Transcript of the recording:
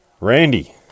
Randy